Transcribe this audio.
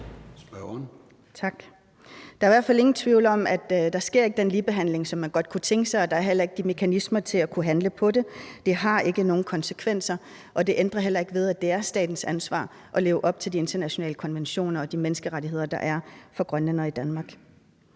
Der er i hvert fald ingen tvivl om, at der ikke er den ligebehandling, som man godt kunne tænke sig, og der er heller ikke mekanismer til at kunne handle på det. Det har ikke nogen konsekvenser, og det ændrer heller ikke ved, at det er statens ansvar at leve op til de internationale konventioner og de menneskerettigheder, der er for grønlændere i Danmark.